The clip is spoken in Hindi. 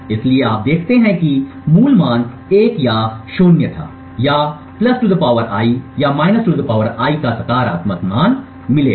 इसलिए आप देखते हैं कि मूल मान 1 या 0 था या 2 I या 2 I का सकारात्मक मान मिलेगा